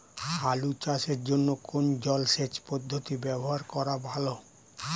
আলু চাষের জন্য কোন জলসেচ পদ্ধতি ব্যবহার করা ভালো?